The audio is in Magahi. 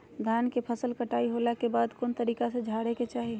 धान के फसल कटाई होला के बाद कौन तरीका से झारे के चाहि?